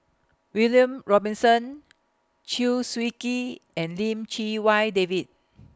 William Robinson Chew Swee Kee and Lim Chee Wai David